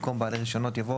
במקום "בעלי רישיונות" יבוא